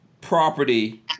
property